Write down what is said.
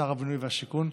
שר הבינוי והשיכון,